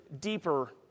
deeper